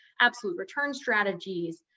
absolute return strategies,